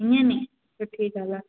हीअं नी सुठी ॻाल्हि आहे